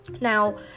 Now